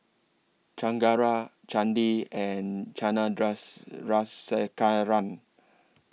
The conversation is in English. Chengara Chandi and China Just Run